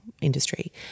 industry